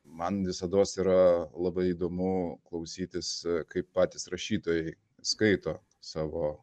man visados yra labai įdomu klausytis kaip patys rašytojai skaito savo